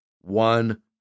one